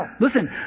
Listen